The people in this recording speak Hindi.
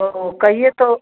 तो कहिए तो